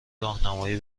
راهنمایی